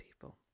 people